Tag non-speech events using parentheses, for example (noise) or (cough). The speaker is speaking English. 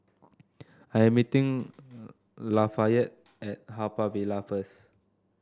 I am meeting (noise) Lafayette at Haw Par Villa first